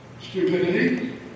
stupidity